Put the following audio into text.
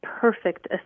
perfect